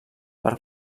per